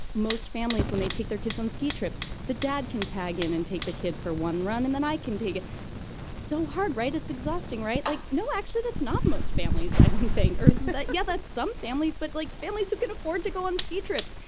most families, when they take their kids on ski trips, the dad can tag in and take the kid for one run and then i can take it it's so hard, right? it's exhausting, right? like no, actually, that's not most families, i don't think. but yeah, that's some families. but like families who can afford to go on ski trips,